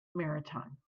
maritime